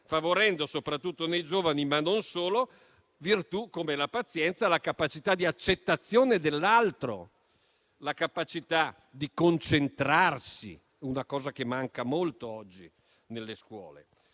favorendo soprattutto nei giovani, ma non solo, virtù come la pazienza e la capacità di accettare l'altro e di concentrarsi, cosa che manca molto oggi nelle scuole.